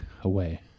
away